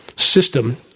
system